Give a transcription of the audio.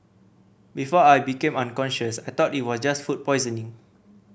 before I became unconscious I thought it was just food poisoning